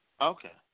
Okay